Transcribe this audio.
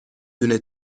دونه